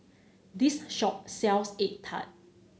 this shop sells egg tart